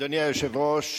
אדוני היושב-ראש,